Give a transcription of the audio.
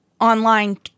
online